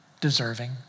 deserving